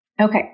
Okay